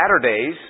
Saturdays